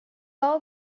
all